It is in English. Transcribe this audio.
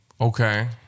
Okay